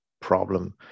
problem